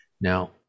Now